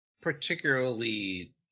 particularly